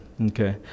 Okay